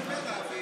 באמת, אבי.